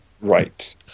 right